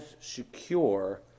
secure